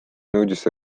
nõudis